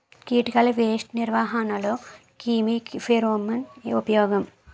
కీటకాల పేస్ట్ నిర్వహణలో క్రిమి ఫెరోమోన్ ఉపయోగం